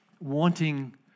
wanting